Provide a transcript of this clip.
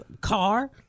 car